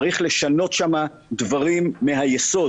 צריך לשנות שם דברים מהיסוד